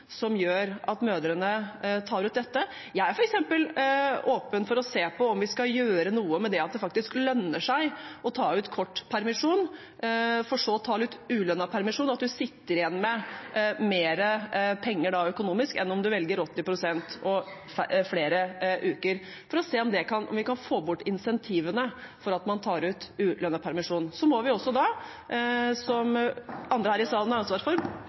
som gjør at mødrene tar ut dette. Jeg er f.eks. åpen for å se på om vi skal gjøre noe med det at det faktisk lønner seg å ta ut kort permisjon for så å ta ut ulønnet permisjon – at man da sitter igjen med mer penger økonomisk enn om man velger 80 pst. og flere uker – for å se om vi kan få bort insentivene for at man tar ut ulønnet permisjon. Så må vi også, noe som andre [presidenten klubber] her i salen har ansvaret for,